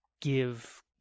give